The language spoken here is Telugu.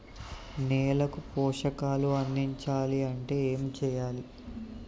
నేలకు పోషకాలు అందించాలి అంటే ఏం చెయ్యాలి?